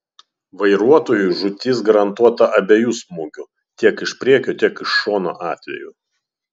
vairuotojui žūtis garantuota abiejų smūgių tiek iš priekio tiek iš šono atveju